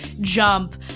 jump